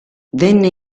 venne